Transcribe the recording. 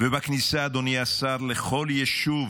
אדוני השר, בכניסה לכל יישוב